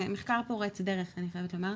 זה מחקר פורץ דרך אני חייבת לומר,